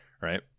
right